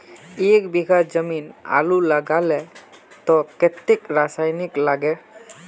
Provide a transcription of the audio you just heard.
एक बीघा जमीन आलू लगाले तो कतेक रासायनिक लगे?